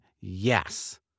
yes